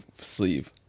sleeve